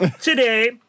Today